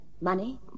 Money